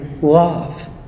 Love